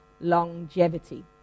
longevity